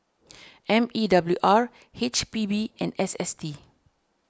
M E W R H P B and S S T